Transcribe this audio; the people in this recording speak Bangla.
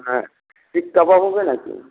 হ্যাঁ শিক কাবাব হবে নাকি